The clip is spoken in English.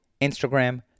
Instagram